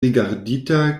rigardita